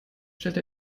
stellt